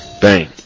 Bang